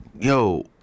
Yo